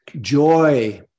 joy